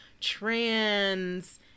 trans